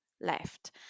left